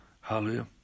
Hallelujah